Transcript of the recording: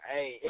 Hey